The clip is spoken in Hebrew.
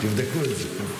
תבדקו את זה.